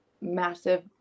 massive